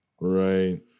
Right